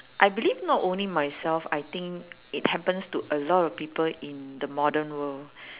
I believe not only myself I think it happens to a lot of people in the modern world